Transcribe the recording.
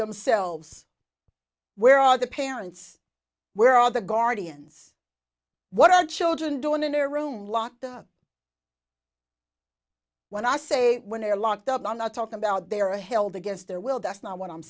themselves where are the parents where are the guardians what are children do in an air room locked up when i say when they're locked up i'm not talking about they are held against their will that's not what i'm